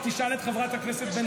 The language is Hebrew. שאלת שאלה, חזרה בה.